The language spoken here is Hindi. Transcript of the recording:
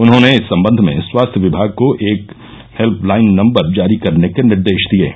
उन्होंने इस सम्बद्ध में स्वास्थ्य विमाग को एक हेल्पलाइन नम्बर जारी करने के निर्देश दिए हैं